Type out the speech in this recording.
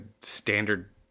standard